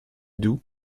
doux